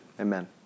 Amen